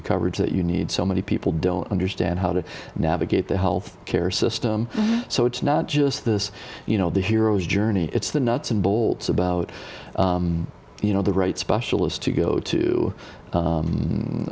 the coverage that you need so many people don't understand how to navigate the health care system so it's not just this you know the hero's journey it's the nuts and bolts about you know the right specialists to go to